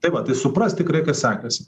tai va tai suprasti tikrai kas sekasi